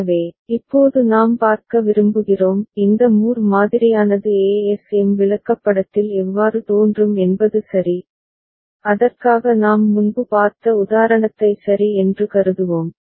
எனவே இப்போது நாம் பார்க்க விரும்புகிறோம் இந்த மூர் மாதிரியானது ஏஎஸ்எம் விளக்கப்படத்தில் எவ்வாறு தோன்றும் என்பது சரி அதற்காக நாம் முன்பு பார்த்த உதாரணத்தை சரி என்று கருதுவோம்